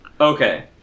Okay